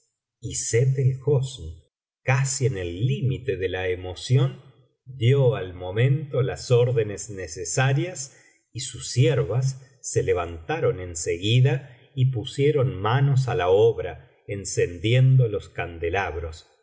y sett el hosn casi en el límite de la emoción dio al momento las órdenes necesarias y sus siervas se levantaron en seguida y pusieron manos á la obra encendiendo los candelabros y